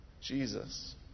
Jesus